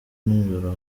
nijoro